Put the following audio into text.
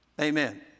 Amen